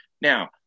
Now